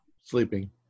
Sleeping